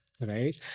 right